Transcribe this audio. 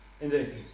Indeed